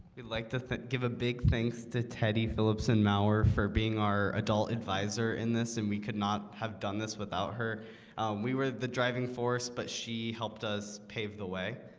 we'd like to give a big thanks to teddy phillips and our for being our adult adviser in this and we could not have done this without her we were the driving force, but she helped us pave the way